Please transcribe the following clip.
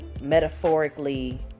metaphorically